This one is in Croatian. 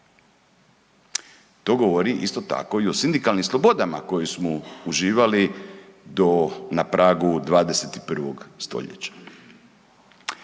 To govori isto tako i o sindikalnim slobodama koje smo uživali do na pragu 21. stoljeća.